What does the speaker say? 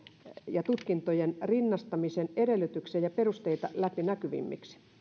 ja tutkintojen rinnastamisen edellytyksiä ja perusteita läpinäkyvämmiksi